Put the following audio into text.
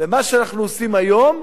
ומה שאנחנו עושים היום,